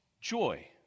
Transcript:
joy